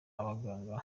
abaganga